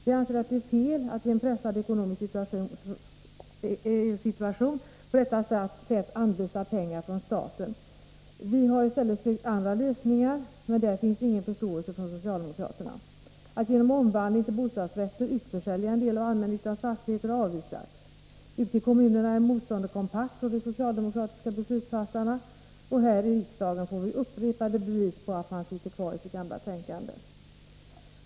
Vi anser att det är fel i en pressad ekonomisk situation att på detta sätt anvisa pengar från staten. Vi har i stället sökt andra lösningar, men därvidlag finns ingen förståelse från socialdemokraterna. Att genom omvandling till bo stadsrätter utförsälja en del av allmännyttans fastigheter har avvisats. Ute i kommunerna är motståndet kompakt från de socialdemokratiska beslutsfattarna, och här i riksdagen får vi upprepade bevis för att man sitter kvar i sitt gamla tänkande.